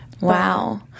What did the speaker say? Wow